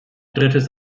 drittes